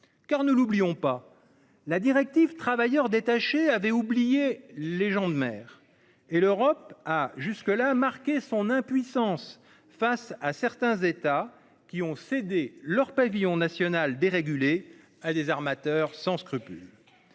ne l'oublions pas, la directive sur les travailleurs détachés avait oublié les gens de mer, et l'Europe a, jusque-là, marqué son impuissance face à certains États ayant cédé leur pavillon national dérégulé à des armateurs sans scrupules.